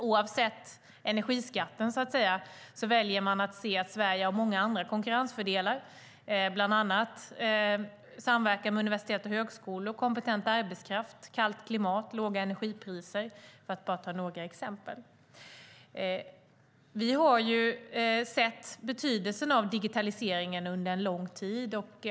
Oavsett energiskatten väljer man att se att Sverige har många andra konkurrensfördelar, bland annat samverkan med universitet och högskolor, kompetent arbetskraft, kallt klimat, låga energipriser - för att bara ta några exempel. Vi har ju sett betydelsen av digitaliseringen under en lång tid.